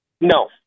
No